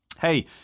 hey